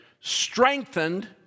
strengthened